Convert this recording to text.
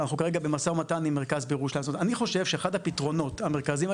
אנחנו כרגע במשא-ומתן עם מרכז --- אני חושב שאחד הפתרונות המרכזיים,